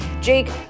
Jake